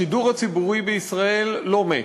השידור הציבורי בישראל לא מת.